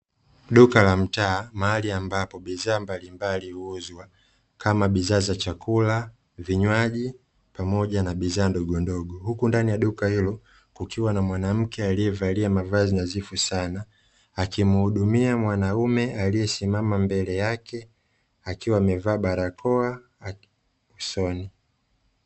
Duka la mtaa mahali ambapo bidhaa mbalimbali huuzwa kama bidhaa za chakula, vinywaji pamoja na bidhaa ndogondogo, huku ndani ya duka hilo kukiwa na mwanamke aliyevalia mavazi nadhifu sana akimuhudumia mwanaume akiwa amesimama mbele yake akiwa amevaa barakoa usoni.